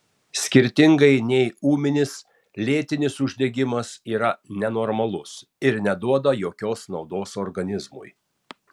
skirtingai nei ūminis lėtinis uždegimas yra nenormalus ir neduoda jokios naudos organizmui